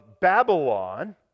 Babylon